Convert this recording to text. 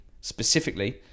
specifically